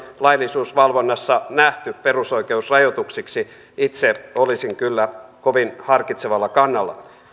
laillisuusvalvonnassa nähty perusoikeusrajoituksiksi itse olisin kyllä kovin harkitsevalla kannalla